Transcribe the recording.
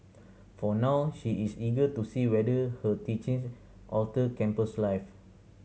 for now she is eager to see whether her teachings alter campus life